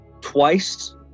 twice